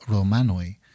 Romanoi